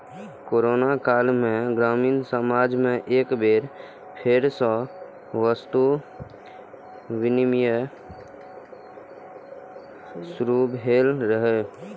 corona काल मे ग्रामीण समाज मे एक बेर फेर सं वस्तु विनिमय शुरू भेल रहै